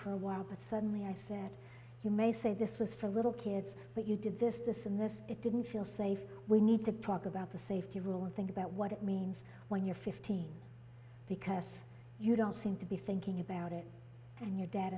for a while but suddenly i said you may say this was for little kids but you did this this and this it didn't feel safe we need to talk about the safety rule and think about what it means when you're fifteen because you don't seem to be thinking about it and your dad